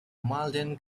malden